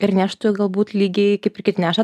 ir neštų galbūt lygiai kaip ir kiti neša